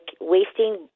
wasting